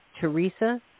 Teresa